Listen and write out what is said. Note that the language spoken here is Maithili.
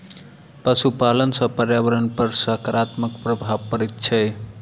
पशुपालन सॅ पर्यावरण पर साकारात्मक प्रभाव पड़ैत छै